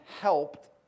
helped